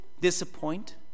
disappoint